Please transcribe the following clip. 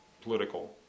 political